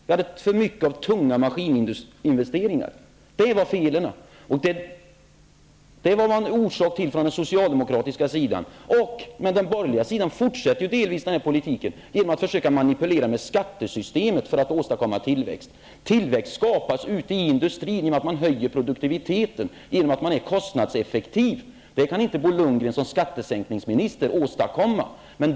Vi hade för mycket av investeringar i tunga maskiner, och det var felet. Det var socialdemokraterna orsak till, men de borgerliga fortsätter delvis den här politiken genom att försöka manipulera med skattesystemet för att åstadkomma tillväxt. Tillväxt skapas ute i industrin genom att man höjer produktiviteten och är kostnadseffektiv. Det kan inte Bo Lundgren som skattesänkningsminister åstadkomma.